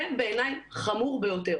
זה בעיניי חמור ביותר